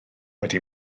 wedi